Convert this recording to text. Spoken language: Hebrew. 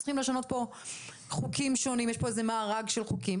שצריכים לשנות פה חוקים שונים ויש פה איזה מארג של חוקים,